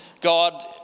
God